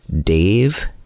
Dave